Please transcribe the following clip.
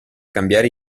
cambiare